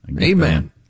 Amen